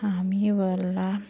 আমি বললাম